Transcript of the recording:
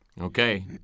Okay